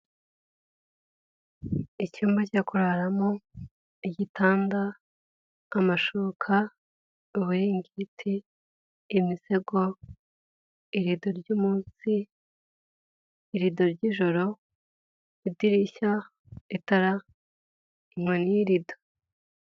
Icyumba cyo kuraramo, igitanda, amashuka, ubiringiti, imisego, irido ry'umunsi, irido ry'ijoro, idirishya, itara, inkoni y'irido.